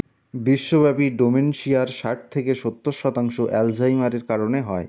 বিশ্বব্যাপী ডোমেনশিয়া ষাট থেকে সত্তর শতাংশ অ্যালঝাইমারের কারণে হয়